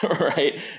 right